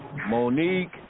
Monique